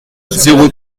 zéro